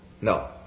No